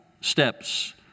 steps